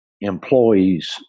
employees